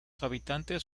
habitantes